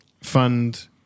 fund